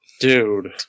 Dude